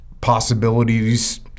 possibilities